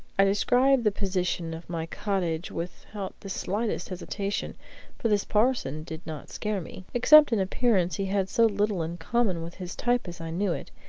i described the position of my cottage without the slightest hesitation for this parson did not scare me except in appearance he had so little in common with his type as i knew it.